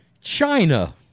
China